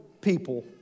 people